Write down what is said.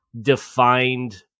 defined